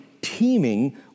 teeming